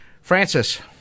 Francis